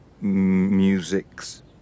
Music's